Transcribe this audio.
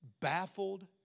baffled